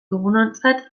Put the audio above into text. dugunontzat